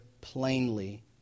plainly